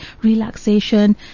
relaxation